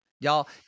Y'all